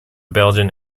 belgian